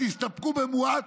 תסתפקו במועט,